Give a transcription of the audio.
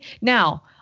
Now